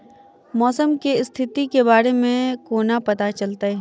मौसम केँ स्थिति केँ बारे मे कोना पत्ता चलितै?